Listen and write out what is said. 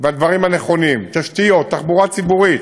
והדברים הנכונים, תשתיות, תחבורה ציבורית,